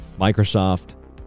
Microsoft